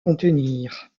contenir